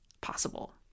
possible